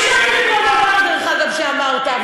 מקשיבה, אני שמעתי, דרך אגב, שאמרת.